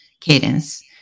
cadence